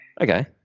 Okay